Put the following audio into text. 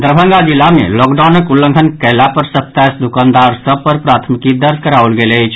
दरभंगा जिला मे लॉकडाउनक उलंधन कयला पर सताईस दुकानदार सभ पर प्राथमीकी दर्ज कराओल गेल अछि